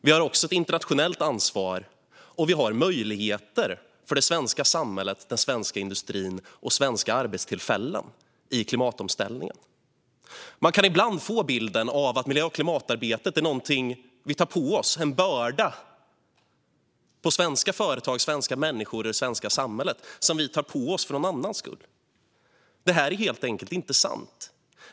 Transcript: Vi har också ett internationellt ansvar, och vi har möjligheter för det svenska samhället, den svenska industrin och svenska arbetstillfällen i klimatomställningen. Man kan ibland få bilden av att miljö och klimatarbetet är någonting som vi tar på oss, att det är en börda för svenska företag, svenska människor och det svenska samhället som vi tar på oss för någon annans skull. Det är helt enkelt inte sant.